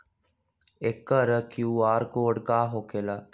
एकर QR code का होकेला?